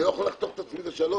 אני לא יכול לחתוך את עצמי לשלושה.